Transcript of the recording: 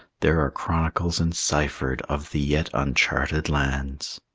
there are chronicles enciphered of the yet uncharted lands.